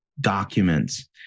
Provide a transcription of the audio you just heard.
documents